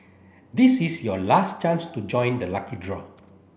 this is your last chance to join the lucky draw